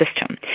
system